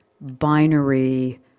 binary